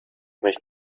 nicht